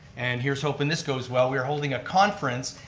and here's hopin' this goes well. we're holding a conference.